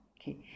Okay